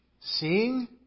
Seeing